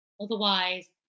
Otherwise